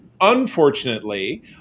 unfortunately